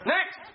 Next